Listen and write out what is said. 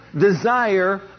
desire